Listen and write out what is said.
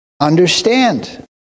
understand